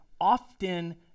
often